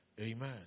Amen